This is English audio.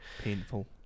painful